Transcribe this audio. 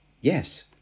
Yes